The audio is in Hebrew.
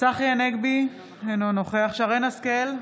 צחי הנגבי, אינו נוכח שרן מרים השכל,